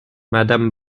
madame